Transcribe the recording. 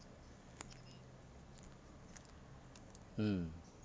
mm